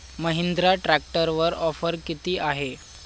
महिंद्रा ट्रॅक्टरवर ऑफर किती आहे?